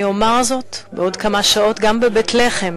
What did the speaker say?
אני אומר זאת בעוד כמה שעות גם בבית-לחם,